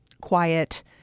quiet